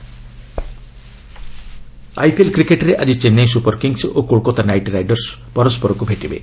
IPL IPL କ୍ରିକେଟ୍ରେ ଆଜି Chennai Super Kings ଓ କୋଲକାତା ନାଇଟ୍ ରାଇଡର୍ସ ପରସରକୁ ଭେଟିବେ